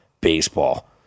baseball